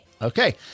Okay